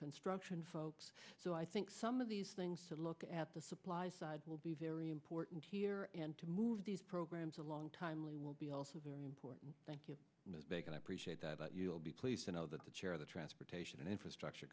construction folks so i think some of these things to look at the supplies will be very important here and to move these programs along timely will be also very important thank you but you'll be pleased to know that the chair of the transportation and infrastructure